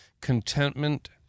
contentment